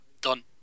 Done